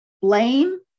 blame